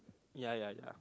ya ya ya